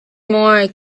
more